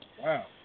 Wow